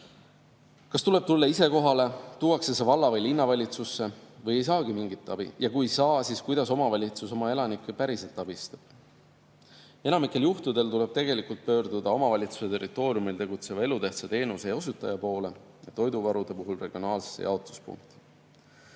Kas tuleb ise kohale tulla? Tuuakse see valla‑ või linnavalitsusse? Või ei saagi mingit abi? Ja kui ei saa, siis kuidas omavalitsus oma elanikke päriselt abistab? Enamikul juhtudel tuleb pöörduda omavalitsuse territooriumil tegutseva elutähtsa teenuse osutaja poole ning toiduvarude puhul regionaalsesse jaotuspunkti.